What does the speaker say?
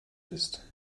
ist